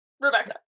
Rebecca